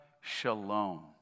Shalom